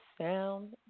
sound